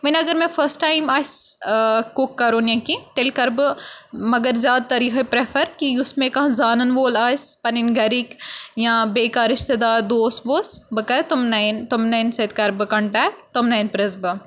وۄنۍ اگر مےٚ فٔرسٹ ٹایم آسہِ ٲں کُک کَرُن یا کیٚنٛہہ تیٚلہِ کَرٕ بہٕ مگر زیادٕ تَر یِہَے پرٛیٚفر کہِ یُس مےٚ کانٛہہ زانَن وول آسہِ پَنٕنۍ گَھرِکۍ یا بیٚیہِ کانٛہہ رِشتہٕ دار دوٗس ووٗس بہٕ کَرٕ تِمنٕے تِمنٕے سۭتۍ کَرٕ بہٕ کَنٹیکٹہٕ تِمنٕے پرٛژھہٕ بہٕ